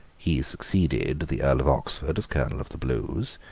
he succeeded the earl of oxford as colonel of the blues,